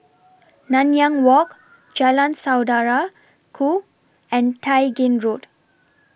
Nanyang Walk Jalan Saudara Ku and Tai Gin Road